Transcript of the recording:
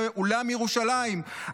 באולם ירושלים,